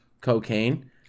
cocaine